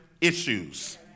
issues